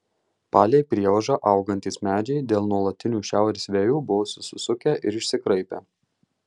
palei prievažą augantys medžiai dėl nuolatinių šiaurės vėjų buvo susisukę ir išsikraipę